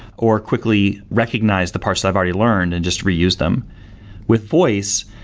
or quickly recognize the parts that i've already learned and just reuse them with voice,